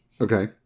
Okay